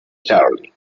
charlie